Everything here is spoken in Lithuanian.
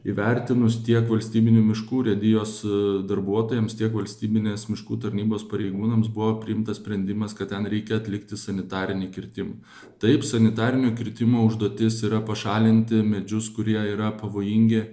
įvertinus tiek valstybinių miškų urėdijos darbuotojams tiek valstybinės miškų tarnybos pareigūnams buvo priimtas sprendimas kad ten reikia atlikti sanitarinį kirtimą taip sanitarinio kirtimo užduotis yra pašalinti medžius kurie yra pavojingi